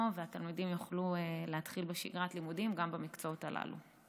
והתלמידים יוכלו להתחיל בשגרת לימודים גם במקצועות הללו.